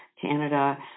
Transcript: canada